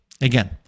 Again